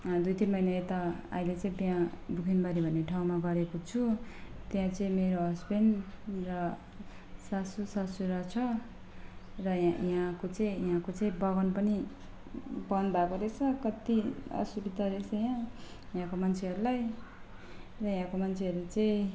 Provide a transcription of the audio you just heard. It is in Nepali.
दुई तिन महिना यता अहिले चाहिँ बिहे दुखेम्बरी भन्ने ठाउँमा गरेको छु त्यहाँ मेरो हस्बेन्ड र सासू ससुरा छ र यहाँ यहाँको चाहिँ यहाँको चाहिँ बगान पनि बन्द भएको रहेछ कति असुविधा रहेछ यहाँ यहाँको मान्छेहरूलाई र यहाँको मान्छेहरू चाहिँ